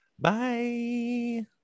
Bye